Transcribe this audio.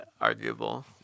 arguable